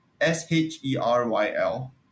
S-H-E-R-Y-L